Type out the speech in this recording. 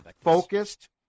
focused